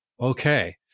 Okay